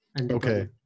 Okay